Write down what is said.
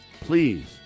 Please